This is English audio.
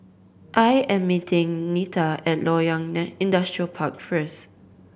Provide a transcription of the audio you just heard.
I am meeting Nita at Loyang Industrial Park first